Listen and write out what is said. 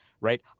right